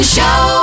Show